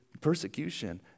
persecution